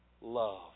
love